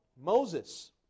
Moses